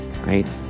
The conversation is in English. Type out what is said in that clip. Right